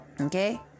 Okay